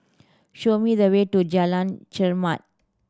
show me the way to Jalan Chermat